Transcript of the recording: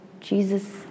Jesus